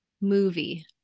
movie